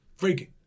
Freaking